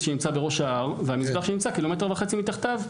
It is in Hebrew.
שנמצא בראש ההר והמזבח נמצא קילומטר וחצי מתחתיו,